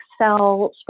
Excel